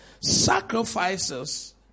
sacrifices